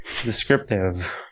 Descriptive